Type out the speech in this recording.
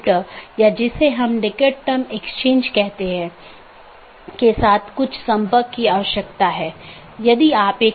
इसका मतलब है कि कौन से पोर्ट और या नेटवर्क का कौन सा डोमेन आप इस्तेमाल कर सकते हैं